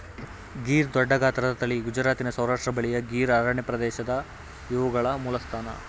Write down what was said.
ಗೀರ್ ದೊಡ್ಡಗಾತ್ರದ ತಳಿ ಗುಜರಾತಿನ ಸೌರಾಷ್ಟ್ರ ಬಳಿಯ ಗೀರ್ ಅರಣ್ಯಪ್ರದೇಶ ಇವುಗಳ ಮೂಲಸ್ಥಾನ